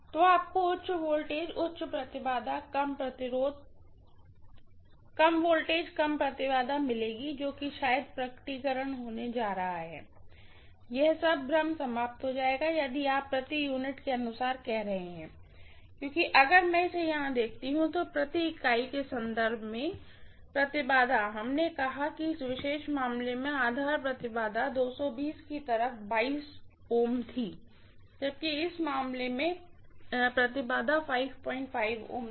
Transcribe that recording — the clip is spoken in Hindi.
तो आपको उच्च वोल्टेज उच्च इम्पीडेन्स कम वोल्टेज कम इम्पीडेन्स मिलेगी जो कि प्रकटीकरण होने जा रहे हैं यह सब भ्रम समाप्त हो जाएगा यदि आप प्रति यूनिट के अनुसार कर रहे हैं क्योंकि अगर मैं इसे यहाँ देखती हूं तो पर यूनिट के संदर्भ में इम्पीडेन्स हमने कहा कि इस विशेष मामले में आधार इम्पीडेन्स V की तरफ Ω थी जबकि इस मामले में आधार इम्पीडेन्स Ω थी